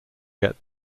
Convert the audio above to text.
get